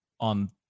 on